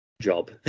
job